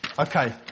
Okay